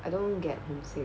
I don't get homesick